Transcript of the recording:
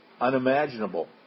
unimaginable